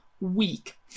week